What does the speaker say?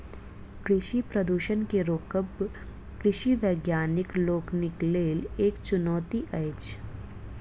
कृषि प्रदूषण के रोकब कृषि वैज्ञानिक लोकनिक लेल एक चुनौती अछि